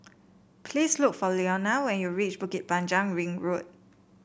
please look for Lenora when you reach Bukit Panjang Ring Road